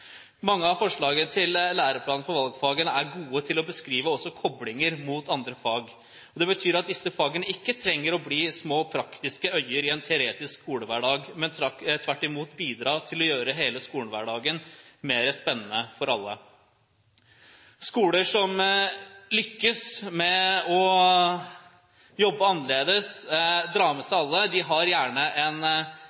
Mange av forslagene til læreplan for valgfagene er også gode i beskrivelsen av koblinger mot andre fag. Det betyr at disse fagene ikke trenger å bli små, praktiske øyer i en teoretisk skolehverdag, men tvert imot bidra til å gjøre hele skolehverdagen mer spennende for alle. Skoler som lykkes med å jobbe annerledes, drar med